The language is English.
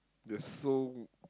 there's so